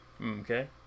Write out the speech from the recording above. okay